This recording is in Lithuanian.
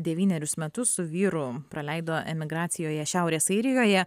devynerius metus su vyru praleido emigracijoje šiaurės airijoje